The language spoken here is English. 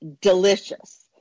delicious